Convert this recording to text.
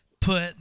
put